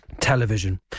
Television